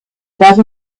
never